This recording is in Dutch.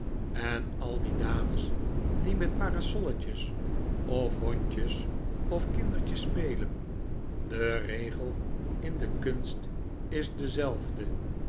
en al die dames die met parasolletjes of hondjes of kindertjes spelen de regel in de kunst is dezelfde